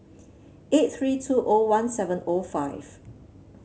eight three two O one seven O five